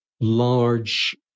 large